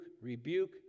rebuke